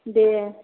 दे